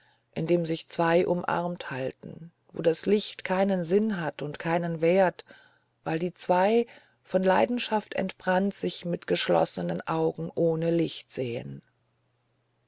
in dem sich zwei umarmt halten wo das licht keinen sinn hat und keinen wert weil die zwei von leidenschaft entbrannt sich mit geschlossenen augen ohne licht sehen